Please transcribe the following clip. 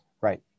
Right